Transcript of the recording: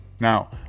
Now